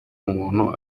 umuntu